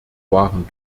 waren